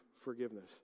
forgiveness